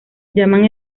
llaman